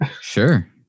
Sure